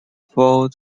for